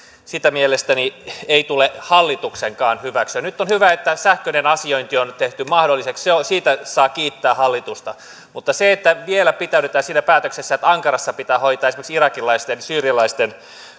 sitä mielestäni ei tule hallituksenkaan hyväksyä nyt on hyvä että sähköinen asiointi on tehty mahdolliseksi siitä saa kiittää hallitusta mutta sitä että vielä pitäydytään siinä päätöksessä että ankarassa pitää hoitaa esimerkiksi irakilaisten syyrialaisten